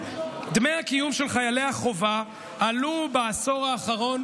דמי הקיום של חיילי החובה עלו בעשור האחרון